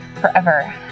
forever